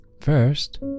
first